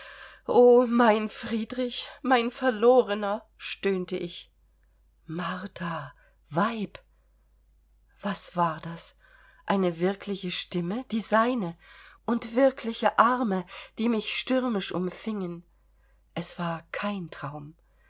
o mein friedrich mein verlorener stöhnte ich martha weib was war das eine wirkliche stimme die seine und wirkliche arme die mich stürmisch umfingen es war kein traum